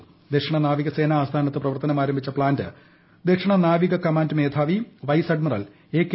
ദ്രദ്ധ്ഷിണ നാവികസേന ആസ്ഥാനത്ത് പ്രവർത്തനം ആരംഭിച്ചിക്ലാന്റ് ദക്ഷിണനാവിക കമാൻഡ് മേധാവി വൈസ് അഡ്മിറൽ എംകെ